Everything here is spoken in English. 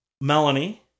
Melanie